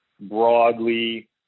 broadly